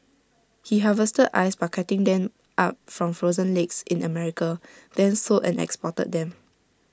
he harvested ice by cutting them up from frozen lakes in America then sold and exported them